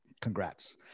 congrats